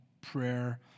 prayer